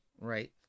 Right